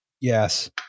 Yes